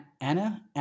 anna